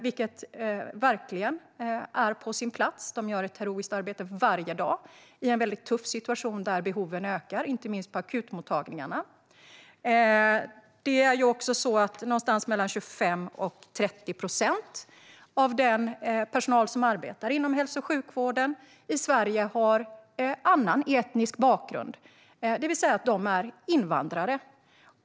Det är verkligen på sin plats. De gör ett heroiskt arbete varje dag i en tuff situation där behoven ökar, inte minst på akutmottagningarna. Någonstans mellan 25 och 30 procent av den personal som arbetar inom hälso och sjukvården i Sverige har annan etnisk bakgrund, det vill säga de är invandrare.